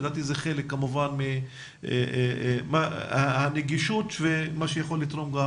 לדעתי זה חלק כמובן מהנגישות ומה שיכול לתרום גם